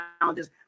challenges